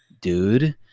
Dude